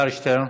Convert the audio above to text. אלעזר שטרן,